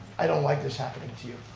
i don't like this happening to to you,